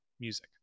music